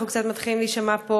אנחנו קצת מתחילים להישמע פה